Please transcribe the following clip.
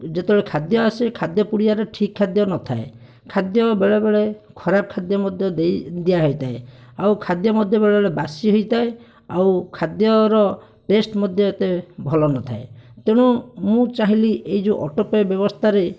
ଯେତେବେଳେ ଖାଦ୍ୟ ଆସେ ଖାଦ୍ୟ ପୁଡ଼ିଆରେ ଠିକ୍ ଖାଦ୍ୟ ନଥାଏ ଖାଦ୍ୟ ବେଳେ ବେଳେ ଖରାପ ଖାଦ୍ୟ ମଧ୍ୟ ଦେଇ ଦିଆ ହୋଇଥାଏ ଆଉ ଖାଦ୍ୟ ମଧ୍ୟ ବେଳେ ବେଳେ ବାସି ହୋଇଥାଏ ଆଉ ଖାଦ୍ୟର ଟେଷ୍ଟ ମଧ୍ୟ ଏତେ ଭଲ ନଥାଏ ତେଣୁ ମୁଁ ଚାହିଁଲି ଏହି ଯେଉଁ ଅଟୋ ପେ ବ୍ୟବସ୍ଥାରେ